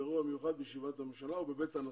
באירוע מיוחד בישיבת הממשלה ובבית הנשיא.